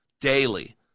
daily